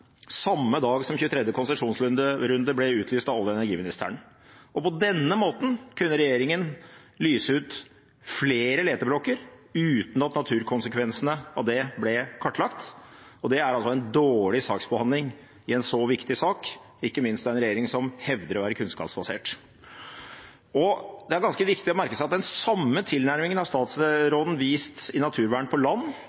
samme dag som 23. konsesjonsrunde ble utlyst av olje- og energiministeren. På denne måten kunne regjeringen lyse ut flere leteblokker uten at naturkonsekvensene av det ble kartlagt. Det er en dårlig saksbehandling i en så viktig sak, ikke minst av en regjering som hevder å være kunnskapsbasert. Det er ganske viktig å merke seg at den samme tilnærmingen har statsråden vist i naturvern på land.